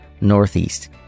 Northeast